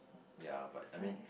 ya but I mean